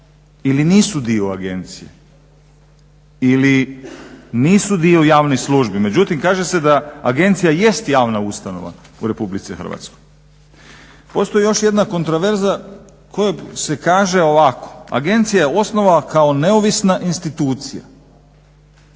ili nisu dio agencije ili nisu dio javnih službi. Međutim kaže se da agencija jest javna ustanova u RH. Postoji još jedna kontroverza koja kaže ovako agencija je osnovana kao neovisna institucija.